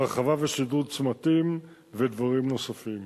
הרחבה ושדרוג של צמתים ודברים נוספים,